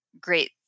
great